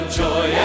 joy